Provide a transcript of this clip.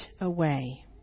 away